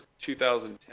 2010